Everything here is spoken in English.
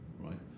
right